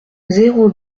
zéro